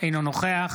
אינו נוכח